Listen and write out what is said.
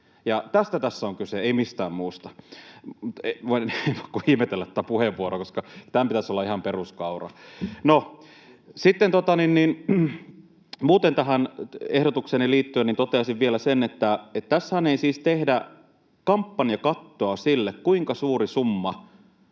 Tästä tässä on kyse, ei mistään muusta. Mutta en voi kuin ihmetellä tätä puheenvuoroa, koska tämän pitäisi olla ihan peruskauraa. Sitten muuten tähän ehdotukseeni liittyen toteaisin vielä sen, että tässähän ei siis tehdä kampanjakattoa sille, kuinka suuren summan